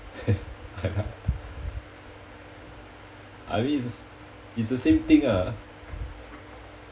I means it's it's the same thing ah